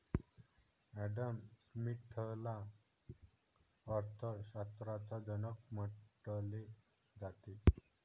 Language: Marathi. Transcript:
ॲडम स्मिथला अर्थ शास्त्राचा जनक म्हटले जाते